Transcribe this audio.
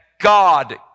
God